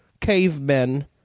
cavemen